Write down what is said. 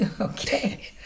Okay